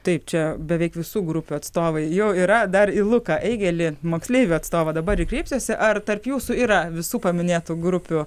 taip čia beveik visų grupių atstovai jau yra dar į luką eigėlį moksleivių atstovą dabar kreipsiuosi ar tarp jūsų yra visų paminėtų grupių